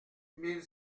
mille